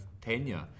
tenure